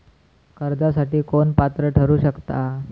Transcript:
कर्जासाठी कोण पात्र ठरु शकता?